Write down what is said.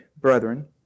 brethren